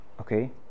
Okay